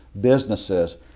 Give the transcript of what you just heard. businesses